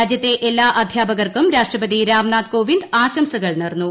രാജ്യത്തെ എല്ലാ അധ്യാപകർക്കും രാഷ്ട്രപതി രാംനാഥ് കോവിന്ദ് ആശംസകൾ നേർന്നു